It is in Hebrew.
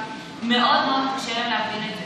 מאוד מאוד קשה להם להבין את זה.